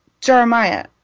Jeremiah